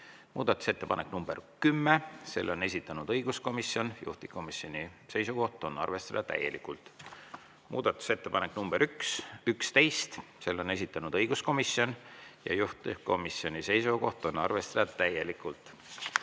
Muudatusettepanek nr 10, selle on esitanud õiguskomisjon, juhtivkomisjoni seisukoht on arvestada täielikult. Muudatusettepanek nr 11, selle on esitanud õiguskomisjon ja juhtivkomisjoni seisukoht on arvestada täielikult.